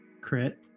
Crit